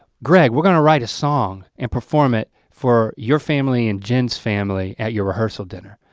greg, we're gonna write a song and perform it for your family and jen's family at your rehearsal dinner.